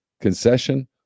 concession